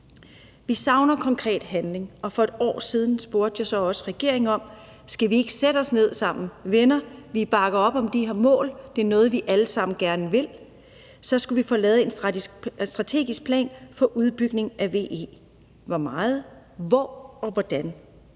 Vi savner konkret handling, og for et år siden spurgte jeg så også regeringen, om vi ikke skulle sætte os ned sammen? Jeg sagde: Venner, vi bakker op om de her mål; det er noget, vi alle sammen gerne vil, så skulle vi få lavet en strategisk plan for udbygningen af VE om hvor meget, hvor og hvordan?